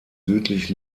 südlich